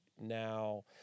now